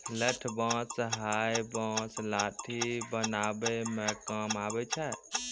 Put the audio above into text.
लठ बांस हैय बांस लाठी बनावै म काम आबै छै